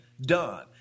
done